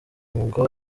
mwuga